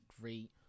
great